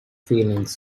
feelings